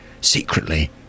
secretly